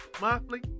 monthly